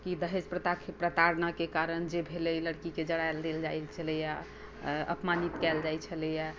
कि दहेज प्रथाके प्रताड़नाके कारण जे भेलै लड़कीकेँ जड़ाएल देल जाइत छेलैए अपमानित कयल जाइत छेलैए